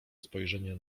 spojrzenie